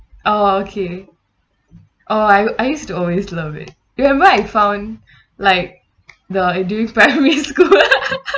oh okay oh I I used to always love it wherever I found like the I during primary school